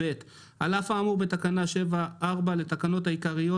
(ב)על אף האמור בתקנה 7(4) לתקנות העיקריות